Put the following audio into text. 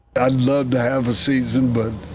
i love to have the season but